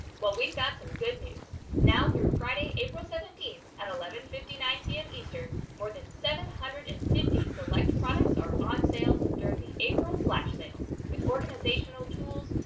well, we've got some good news. now through friday, april seventeen, at eleven fifty nine pm eastern, more than seven hundred and fifty select products are on sale during the april flash sale. with organizational tools,